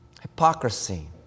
hypocrisy